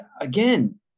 again